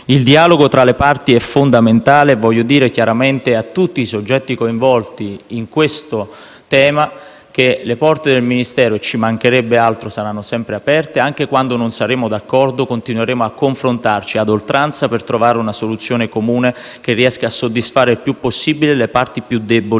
Il dialogo tra le parti è fondamentale e voglio dire chiaramente a tutti i soggetti coinvolti in questo tema che le porte del Ministero - e ci mancherebbe altro - saranno sempre aperte e anche quando non saremo d'accordo, continueremo a confrontarci ad oltranza per trovare una soluzione comune, che riesca a soddisfare il più possibile le parti più deboli